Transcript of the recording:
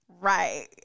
Right